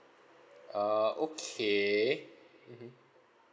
ah okay mmhmm